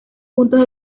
puntos